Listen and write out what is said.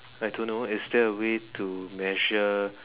I don't know is there a way to measure